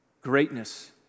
Greatness